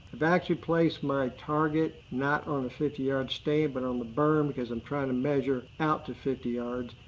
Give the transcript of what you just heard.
i've actually placed my target, not on the fifty yard stand, but on the berm. because i'm trying to measure out to fifty yards.